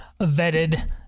vetted